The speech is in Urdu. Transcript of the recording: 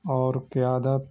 اور قیادب